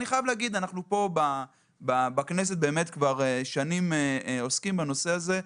אני חייב להגיד שאנחנו פה בכנסת כבר שנים עוסקים בנושא הזה.